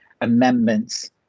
amendments